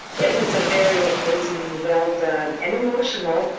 it was a very amazingly well done, and emotional,